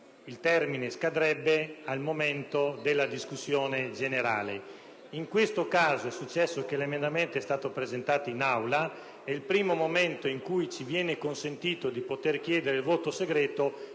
il termine scadrebbe al momento della discussione generale. In questo caso, l'emendamento è stato presentato in Aula e il primo momento in cui ci viene consentito di chiedere il voto segreto